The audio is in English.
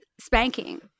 spanking